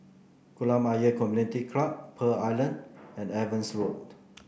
Kolam Ayer Community Club Pearl Island and Evans Road